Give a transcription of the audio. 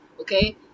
okay